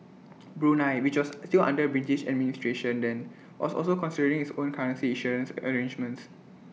Brunei which was still under British administration then was also considering its own currency issuance arrangements